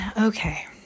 Okay